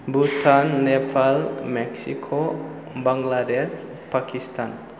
Bhutan Nepal Mexico Bangladesh Pakistan